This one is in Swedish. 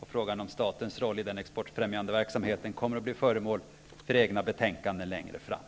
och frågan om statens roll i den exportfrämjande verksamheten kommer att bli föremål för egna betänkanden längre fram.